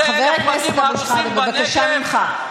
11,000 בתים הרוסים בנגב,